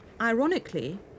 Ironically